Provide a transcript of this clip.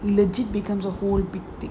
legit becomes a whole big thing